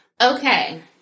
Okay